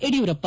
Yediyurappa